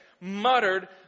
Muttered